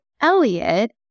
Elliot